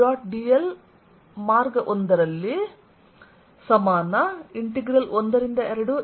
dlalong path 112E